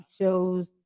shows